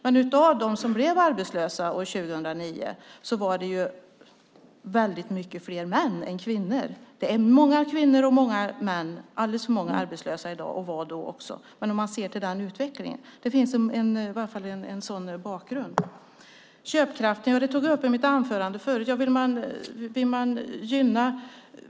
Men av dem som blev arbetslösa 2009 var det väldigt många fler män än kvinnor. Det är alldeles för många kvinnor och män som är arbetslösa i dag och som också var det då. Man måste se till den utvecklingen. Det finns i varje fall en sådan bakgrund. Jag tog i mitt anförande upp köpkraften.